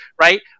right